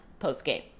postgame